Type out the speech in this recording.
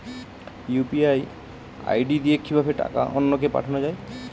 UPI ID দিয়ে কিভাবে টাকা অন্য কে পাঠানো যায়?